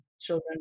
children